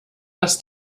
das